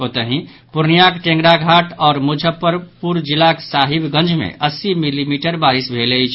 ओतहि पूर्णियॉक ढ़ेंगराघाट आओर मुजफ्फरपुर जिलाक साहिबगंज मे अस्सी मिलीमीटर बारिस भेल अछि